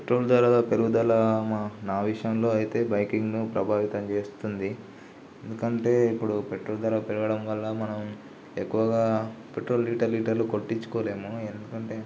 petrol ధర పెరుగుదల మా నా విషయంలో అయితే బైకింగ్ను ప్రభావితం చేస్తుంది ఎందుకంటే ఇప్పుడు పెట్రోల్ ధర పెరగడం వల్ల మనం ఎక్కువగా పెట్రోల్ లీటర్ లీటర్లు కొట్టిచ్చుకోలేము ఎందుకంటే